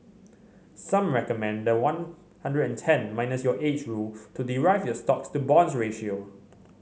some recommend the one hundred and ten minus your age rule to derive your stocks to bonds ratio